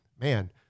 man